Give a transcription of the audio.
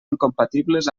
incompatibles